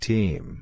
Team